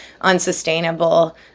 unsustainable